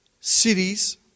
cities